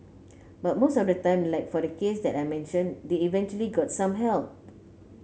but most of the time like for the case that I mentioned they eventually got some help